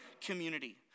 community